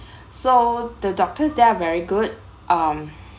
so the doctors there are very good um